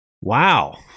Wow